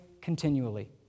continually